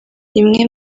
imwe